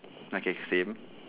okay same